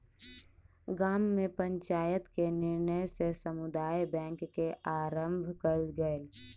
गाम में पंचायत के निर्णय सॅ समुदाय बैंक के आरम्भ कयल गेल